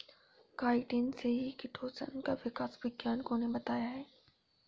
chitin से ही chitosan का विकास वैज्ञानिकों ने बताया है